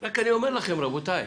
רק אני אומר לכם, רבותיי: